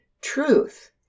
truth